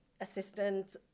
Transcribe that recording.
assistant